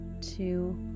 two